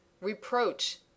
Reproach